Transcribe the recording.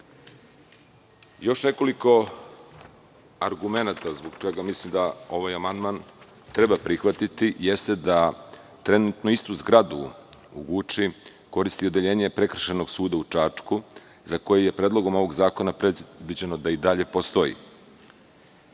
nekoliko agrumenata zbog čega mislim da ovaj amandman treba prihvatiti, jeste da trenutno istu zgradu u Guči koristi Odeljenje prekršajnog suda u Čačku, za koji je u Predlogu novog zakona predviđeno da i dalje